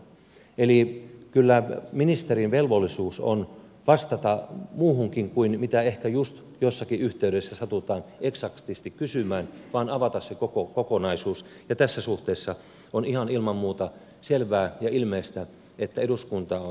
eli kyllä ministerin velvollisuus on vastata muuhunkin kuin mitä ehkä just jossakin yhteydessä satutaan eksaktisti kysymään ja avata koko kokonaisuus ja tässä suhteessa on ihan ilman muuta selvää ja ilmeistä että eduskuntaa on harhautettu